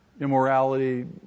immorality